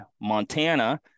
montana